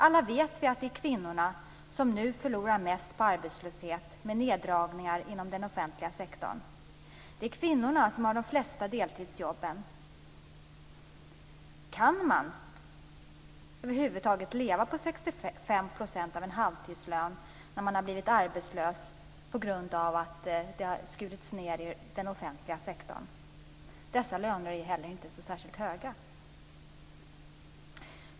Alla vet att det är kvinnorna som nu förlorar mest på arbetslöshet med neddragningar inom den offentliga sektorn. Det är kvinnorna som har de flesta deltidsjobben. Kan man över huvud taget leva på 65 % av en halvtidslön när man har blivit arbetslös på grund av att det har skurits ned i den offentliga sektorn? Dessa löner är ju inte heller särskilt höga.